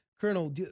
Colonel